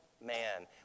man